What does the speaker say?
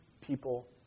people